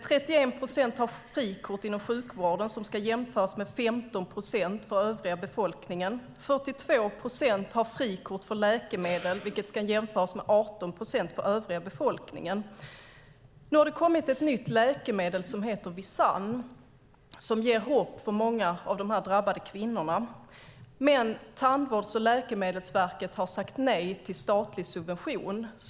31 procent har frikort inom sjukvården, vilket ska jämföras med 15 procent för den övriga befolkningen. 42 procent har frikort för läkemedel, vilket ska jämföras med 18 procent för den övriga befolkningen. Nu har det kommit ett nytt läkemedel som heter Visanne. Det ger hopp för många av de drabbade kvinnorna. Men Tandvårds och läkemedelsverket har sagt nej till statlig subvention.